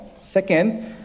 second